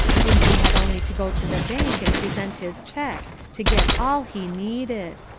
when he had only to go to the bank and present his cheque to get all he needed.